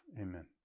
amen